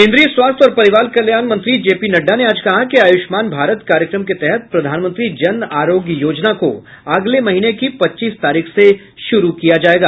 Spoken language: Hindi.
केन्द्रीय स्वास्थ्य और परिवार कल्याण मंत्री जे पी नड्डा ने आज कहा कि आयुष्मान भारत कार्यक्रम के तहत प्रधानमंत्री जन अरोग्य योजना को अगले महीने की पच्चीस तारीख से शुरू किया जायेगा